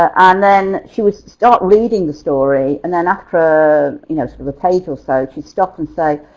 and then, she would start reading the story and then after ah you know sort of a page or so she'd stop and say.